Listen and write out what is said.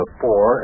four